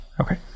okay